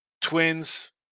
Twins